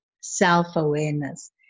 self-awareness